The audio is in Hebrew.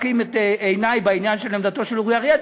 את עיני בעניין של עמדתו של אורי אריאל.